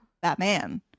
Batman